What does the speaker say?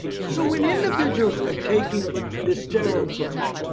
so when individuals are taking this sterile approach,